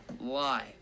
Live